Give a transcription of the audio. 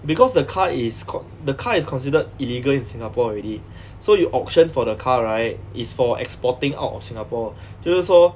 because the car is con~ the car is considered illegal in singapore already so you auction for the car right it's for exporting out of singapore 就是说